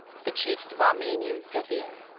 the chiefs of armenia and scythia,